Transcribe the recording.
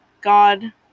God